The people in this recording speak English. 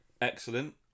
excellent